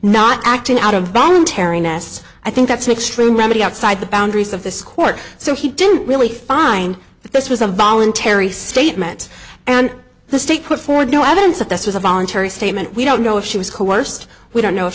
not acting out of voluntary nests i think that's an extreme remedy outside the boundaries of this court so he didn't really find that this was a voluntary statement and the state put forward no evidence that this was a voluntary statement we don't know if she was coerced we don't know if